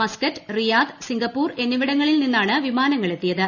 Muscat Riyadh Singapore എന്നിവിടങ്ങളിൽ നിന്നാണ് വിമാനങ്ങൾ എത്തിയത്